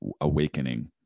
awakening